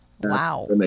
Wow